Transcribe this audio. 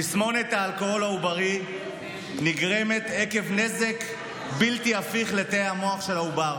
תסמונת האלכוהול העוברי נגרמת עקב נזק בלתי הפיך לתאי המוח של העובר.